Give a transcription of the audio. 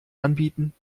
anbieten